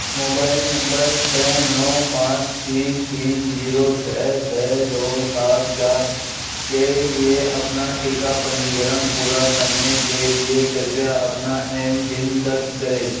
mobile number छ नौ पाँच तीन तीन जीरो छ छ दो सात चार के लिए अपना टीका पंजीकरण पूरा करने के लिए कृपया अपना एम पिन दर्ज करें